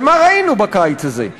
ומה ראינו בקיץ הזה?